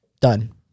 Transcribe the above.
done